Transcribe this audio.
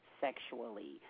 sexually